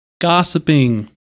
gossiping